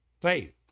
faith